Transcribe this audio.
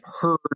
heard